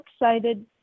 excited